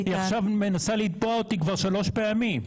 היא עכשיו מנסה לקטוע אותי כבר שלוש פעמים.